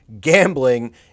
gambling